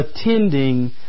Attending